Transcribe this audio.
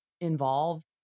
involved